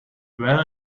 where